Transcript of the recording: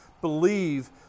believe